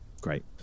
Great